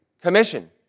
commission